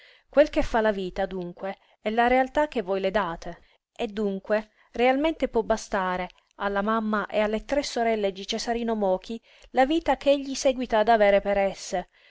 quel che fa la vita dunque è la realtà che voi le date e dunque realmente può bastare alla mamma e alle tre sorelle di cesarino mochi la vita ch'egli seguita ad avere per esse